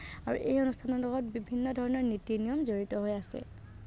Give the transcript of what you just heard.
আৰু এই অনুষ্ঠানৰ লগত বিভিন্ন ধৰণৰ নীতি নিয়ম জড়িত হৈ আছে